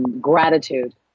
gratitude